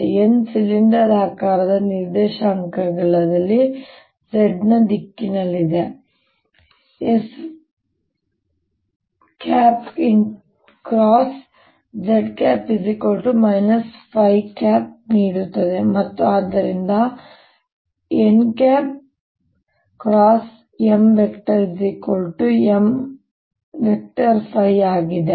ಆದ್ದರಿಂದ n ಸಿಲಿಂಡರಾಕಾರದ ನಿರ್ದೇಶಾಂಕಗಳಲ್ಲಿ z ನ ದಿಕ್ಕಿನಲ್ಲಿದೆ ಮತ್ತು sz ನೀಡುತ್ತದೆ ಮತ್ತು ಆದ್ದರಿಂದ nM M ಆಗಿದೆ